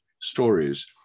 stories